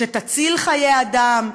שתציל חיי אדם,